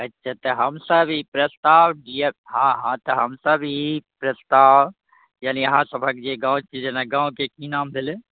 अच्छा तऽ हमसभ ई प्रस्ताव दियै हँ हँ तऽ हमसभ ई प्रस्ताव यानि अहाँ सभकऽ जे गाँव छी जेना गाँवके की नाम भेलै